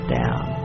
down